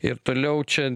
ir toliau čia